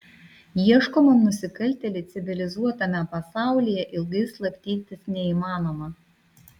ieškomam nusikaltėliui civilizuotame pasaulyje ilgai slapstytis neįmanoma